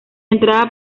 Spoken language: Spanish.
entrada